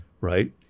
right